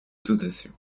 dotation